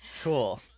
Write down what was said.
Cool